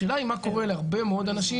השאלה היא מה קורה להרבה מאוד אנשים